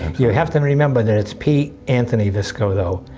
you have to and remember that it's p. anthony visco though,